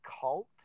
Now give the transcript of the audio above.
cult